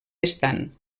estant